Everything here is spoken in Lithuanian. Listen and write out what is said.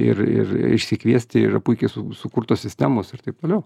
ir ir išsikviesti ir puikiai su sukurtos sistemos ir taip toliau